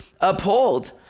uphold